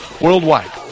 worldwide